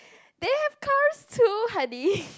they have cost two honey